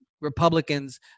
Republicans